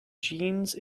jeans